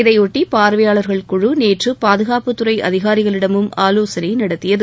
இதையொட்டி பார்வையாளர்கள் குழு நேற்று பாதுகாப்புத்துறை அதிகாரிகளிடமும் ஆலோசனை நடத்தியது